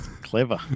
Clever